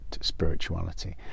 spirituality